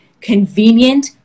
convenient